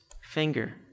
finger